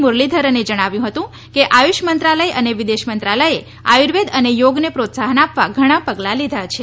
મુરલીધરને જણાવ્યું હતું કે આયુષ મંત્રાલય અને વિદેશ મંત્રાલયે આયુર્વેદ અને યોગને પ્રોત્સાહ્ન આપવા ઘણા પગલાં લીધા છે